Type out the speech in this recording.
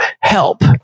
help